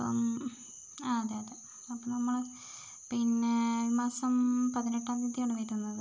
അപ്പം ആ അതെ അതെ അപ്പം നമ്മൾ പിന്നെ ഈ മാസം പതിനെട്ടാം തീയതിയാണ് വരുന്നത്